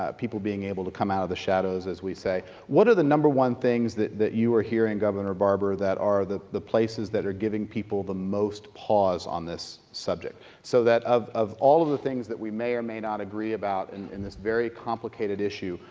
ah people being able to come out of the shadows, as we say. what are the number one things that that you are hearing, governor barbour, that are the the places that are giving people the most pause on this subject? so that of of all of the things that we may or may not agree about and in this very complicated issue,